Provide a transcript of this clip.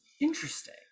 interesting